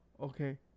Okay